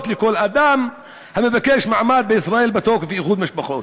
לכל אדם המבקש מעמד בישראל מתוקף איחוד משפחות.